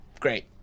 great